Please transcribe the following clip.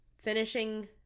finishing